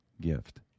gift